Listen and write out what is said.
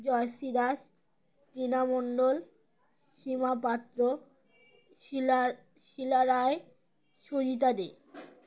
Jayashree Das Rina Mondal Seema Patra Shila Shila Roy Sujita দে